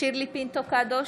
שירלי פינטו קדוש,